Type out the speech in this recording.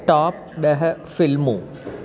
top ॾह फिल्मूं